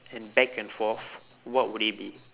and back and forth what would it be